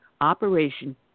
Operation